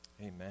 Amen